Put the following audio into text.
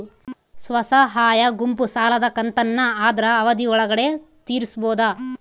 ಸ್ವಸಹಾಯ ಗುಂಪು ಸಾಲದ ಕಂತನ್ನ ಆದ್ರ ಅವಧಿ ಒಳ್ಗಡೆ ತೇರಿಸಬೋದ?